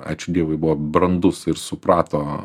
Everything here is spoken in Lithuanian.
ačiū dievui buvo brandus ir suprato